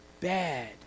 bad